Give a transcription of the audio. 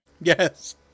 Yes